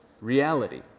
reality